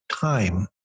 time